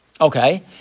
okay